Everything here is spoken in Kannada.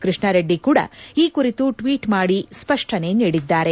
ಕೃಷ್ಣರೆದ್ದಿ ಕೂಡ ಈ ಕುರಿತು ಟ್ವೀಟ್ ಮಾದಿ ಸ್ಪಷ್ಟನೆ ನೀಡಿದ್ದಾರೆ